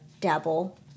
dabble